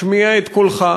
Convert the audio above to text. השמע את קולך,